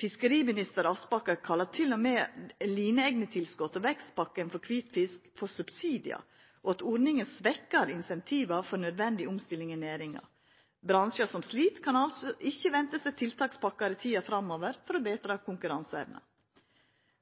Fiskeriminister Aspaker kalla til og med lineegnetilskotet og vekstpakken for kvitfisk for subsidiar, og sa at ordningane svekkjer incentiva for nødvendig omstilling i næringa. Bransjar som slit, kan altså ikkje venta seg tiltakspakkar i tida framover for å betra konkurranseevna.